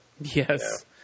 Yes